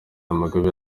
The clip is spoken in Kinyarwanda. mugabe